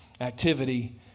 activity